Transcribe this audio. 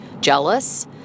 jealous